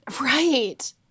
Right